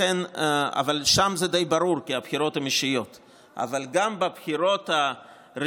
אבל שם זה די ברור, כי הבחירות הן אישיות.